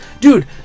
dude